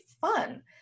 fun